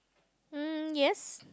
mm yes